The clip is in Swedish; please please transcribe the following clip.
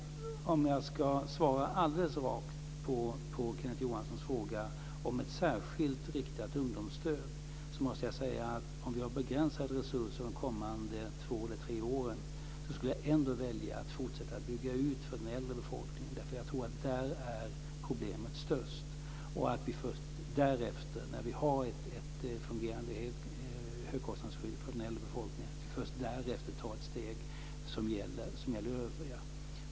Om jag ska svara alldeles rakt på Kenneth Johanssons fråga om ett särskilt riktat ungdomsstöd måste jag säga så här: Om vi har begränsade resurser de kommande två eller tre åren skulle jag ändå välja att fortsätta bygga ut för den äldre befolkningen. Jag tror att problemet är störst där. Först därefter, när vi har ett fungerande högkostnadsskydd för den äldre befolkningen, tar vi ett steg som gäller övriga.